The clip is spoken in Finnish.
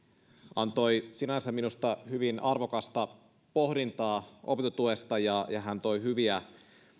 antoi minusta sinänsä hyvin arvokasta pohdintaa opintotuesta ja ja hän toi hyviä